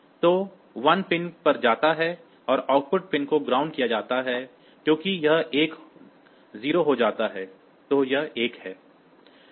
तो 1 पिन पर जाता है फिर आउटपुट पिन को ग्राउंड किया जाता है क्योंकि यह एक 0 हो जाता है तो यह 1 है